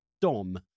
Dom